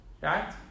right